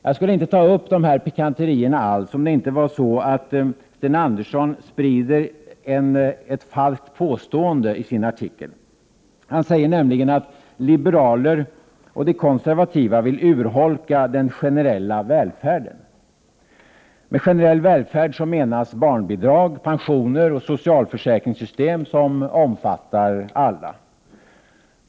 Jag skulle inte ta upp dessa pikanterier alls, om det inte var så att Sten Andersson sprider ett falskt påstående i sin artikel. Han säger nämligen att liberaler och de konservativa vill urholka den generella välfärden. Med generell välfärd menas barnbidrag, pensioner och ett socialförsäkringssystem som omfattar alla.